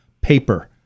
paper